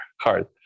hard